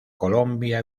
colombia